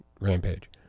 Rampage